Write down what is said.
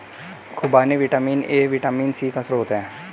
खूबानी vitamin A और vitamin C का स्रोत है